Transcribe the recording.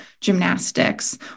gymnastics